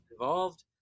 involved